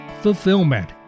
fulfillment